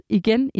igen